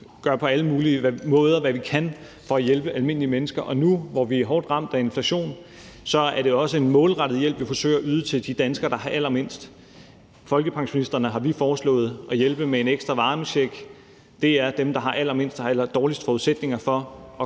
gør på alle mulige måder, hvad vi kan, for at hjælpe almindelige mennesker. Og nu, hvor vi er hårdt ramt af inflation, er det også en målrettet hjælp, vi forsøger at yde til de danskere, der har allermindst. Folkepensionisterne har vi foreslået at hjælpe med en ekstra varmecheck. Det er dem, der har allermindst, og som har de allerdårligste forudsætninger for at